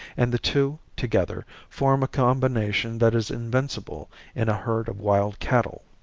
and the two, together, form a combination that is invincible in a herd of wild cattle.